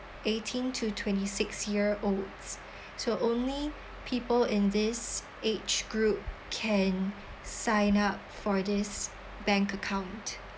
eighteen to twenty six year olds so only people in this age group can sign up for this bank account